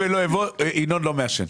ינון לא מעשן.